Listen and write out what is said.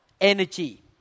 energy